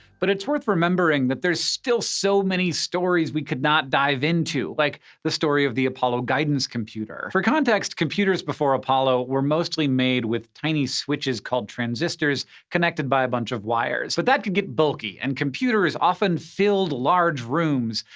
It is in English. but it's worth remembering that there's still so many stories. we could not dive into like the story of the apollo guidance computer. for context computers before apollo were mostly made with tiny switches called transistors connected by a bunch of wires, but that could get bulky and computers often filled large rooms.